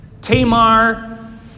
Tamar